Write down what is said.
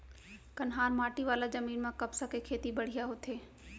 कन्हार माटी वाला जमीन म कपसा के खेती बड़िहा होथे